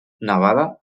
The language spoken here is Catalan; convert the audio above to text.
nevada